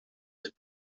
ist